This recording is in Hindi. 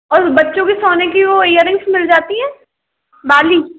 और बच्चों की सोने की वो इअरिंगस मिल जाती है बाली